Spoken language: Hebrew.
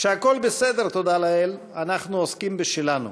כשהכול בסדר, תודה לאל, אנחנו עוסקים בשלנו.